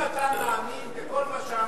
אם אתה מאמין בכל מה שאמרת,